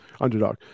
underdog